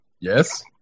Yes